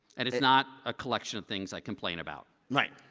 and it's not a collection of things i complain about. like